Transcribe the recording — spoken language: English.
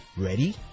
Ready